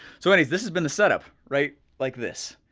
so anyways, this has been the setup, right, like this.